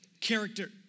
character